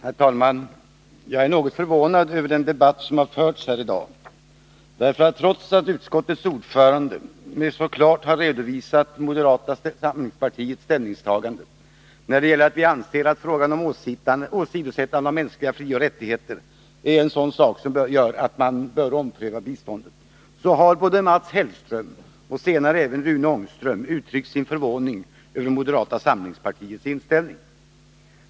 Herr talman! Jag är något förvånad över den debatt som har förts här i dag. Utskottets ordförande har så klart redovisat moderata samlingspartiets ställningstagande i frågan om åsidosättande av mänskliga frioch rättigheter. Vi anser att det är en sådan sak som gör att man bör ompröva biståndet. Både Mats Hellström och Rune Ångström har ändå uttryckt sin förvåning över moderata samlingspartiets inställning.